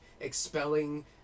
expelling